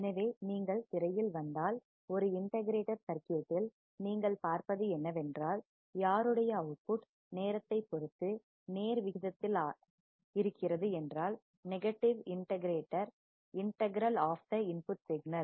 எனவே நீங்கள் திரையில் வந்தால் ஒரு இன்ட கிரேயேட்டர் சர்க்யூட் இல் நீங்கள் பார்ப்பது என்னவென்றால் யாருடைய அவுட்புட் நேரத்தைப் பொறுத்து நேர் விகிதத்தில் இருக்கிறது என்றால் negative integral of the input signal